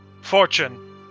Fortune